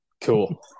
cool